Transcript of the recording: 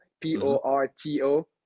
P-O-R-T-O